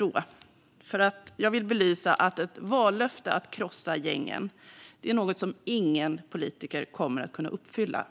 Jag gjorde det för att jag vill belysa att ett vallöfte om att krossa gängen är något som ingen politiker kommer att kunna uppfylla,